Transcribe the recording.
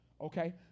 Okay